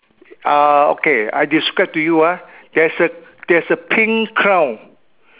uh okay I describe to you ah there's a there's a pink crown